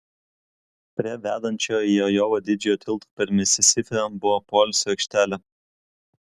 prie vedančio į ajovą didžiojo tilto per misisipę buvo poilsio aikštelė